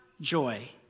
joy